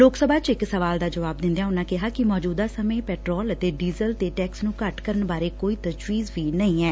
ਲੋਕ ਸਭਾ ਚ ਇਕ ਸਵਾਲ ਦਾ ਜਵਾਬ ਦਿੰਦਿਆਂ ਉਨ੍ਹਾਂ ਕਿਹਾ ਕਿ ਮੌਜੁਦਾ ਸਮੇ ਪੈਟਰੋਲ ਅਤੇ ਡੀਜ਼ਲ ਤੇ ਟੈਕਸ ਨੂੰ ਘੱਟ ਕਰਨ ਬਾਰੇ ਕੋਈ ਤਜ਼ਵੀਜ ਨਹੀ ਐ